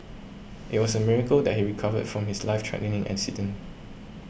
it was a miracle that he recovered from his life threatening accident